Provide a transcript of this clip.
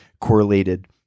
correlated